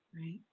Right